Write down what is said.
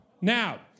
Now